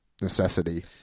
necessity